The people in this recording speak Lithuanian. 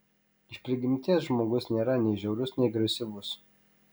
iš prigimties žmogus nėra nei žiaurus nei agresyvus